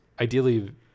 Ideally